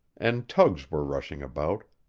and tugs were rushing about,